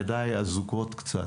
ידי אזוקות קצת,